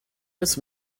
does